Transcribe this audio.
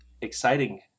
exciting